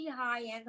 high-end